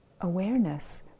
awareness